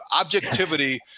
objectivity